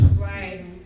Right